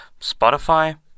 Spotify